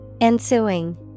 Ensuing